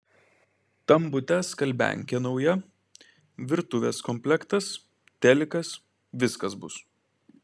tam bute skalbiankė nauja virtuvės komplektas telikas viskas bus